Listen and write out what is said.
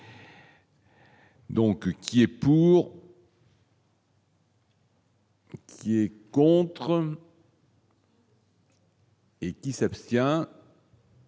Donc, qui est pour. Qui est contre. Et il s'abstient.